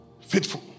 Faithful